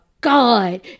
God